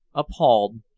appalled,